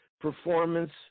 Performance